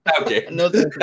Okay